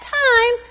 time